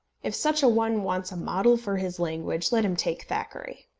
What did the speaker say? if such a one wants a model for his language, let him take thackeray.